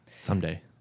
Someday